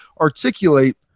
articulate